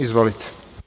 Izvolite.